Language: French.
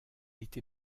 été